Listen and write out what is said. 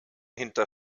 hinter